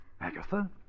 Agatha